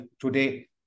today